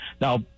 Now